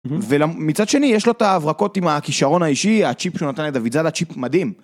ומצד שני, יש לו את ההברקות עם הכישרון האישי, הצ'יפ שהוא נתן לדוד זה הצ'יפ מדהים.